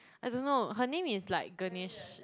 I don't know her name is like Ganesh